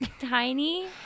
Tiny